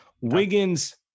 Wiggins